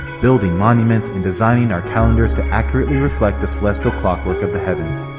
building monuments, and designing our calendars to accurately reflect the celestial clockwork of the heavens.